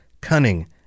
cunning